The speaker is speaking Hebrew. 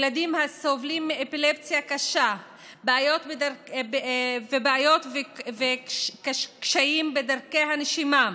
ילדים הסובלים מאפילפסיה קשה ובעיות וקשיים בדרכי הנשימה,